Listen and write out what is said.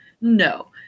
No